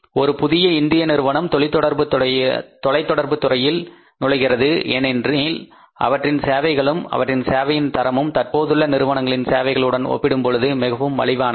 ஒரு புதிய இந்திய நிறுவனம் தொலைத் தொடர்புத் துறையில் நுழைகிறது ஏனெனில் அவற்றின் சேவைகளும் அவற்றின் சேவையின் தரமும் தற்போதுள்ள நிறுவனங்களின் சேவைகளுடன் ஒப்பிடும்போது மிகவும் மலிவானவை